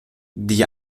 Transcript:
die